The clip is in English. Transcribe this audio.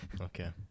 Okay